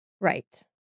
Right